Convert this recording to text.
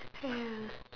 ya